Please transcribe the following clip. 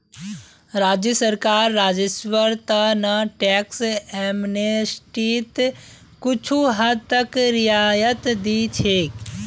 राज्य सरकार राजस्वेर त न टैक्स एमनेस्टीत कुछू हद तक रियायत दी छेक